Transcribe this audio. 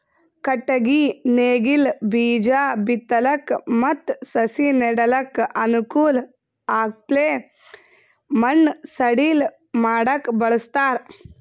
ಕಟ್ಟಗಿ ನೇಗಿಲ್ ಬೀಜಾ ಬಿತ್ತಲಕ್ ಮತ್ತ್ ಸಸಿ ನೆಡಲಕ್ಕ್ ಅನುಕೂಲ್ ಆಗಪ್ಲೆ ಮಣ್ಣ್ ಸಡಿಲ್ ಮಾಡಕ್ಕ್ ಬಳಸ್ತಾರ್